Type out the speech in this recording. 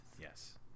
Yes